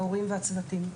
ההורים והצוותים.